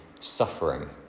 suffering